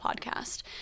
Podcast